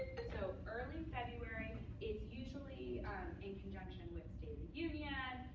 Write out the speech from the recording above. but so early february is usually in conjunction with state union,